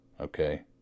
Okay